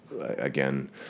again